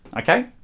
okay